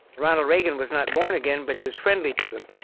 ronald reagan was not born again, but he was friendly to them.